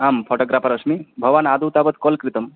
आं फ़ोटोग्राफ़र् अस्मि भवान् आदौ तावत् कॉल कृतम्